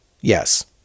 Yes